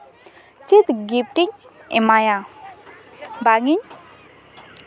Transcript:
ᱪᱮᱫ ᱜᱤᱯᱷᱴ ᱤᱧ ᱮᱢᱟᱭᱟ ᱵᱟᱝ ᱤᱧ